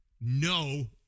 no